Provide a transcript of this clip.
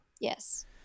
Yes